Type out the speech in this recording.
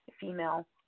Female